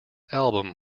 album